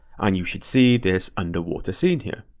and you should see this underwater scene here.